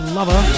Lover